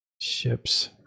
ships